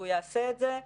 הוא יעשה את זה,